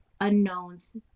unknowns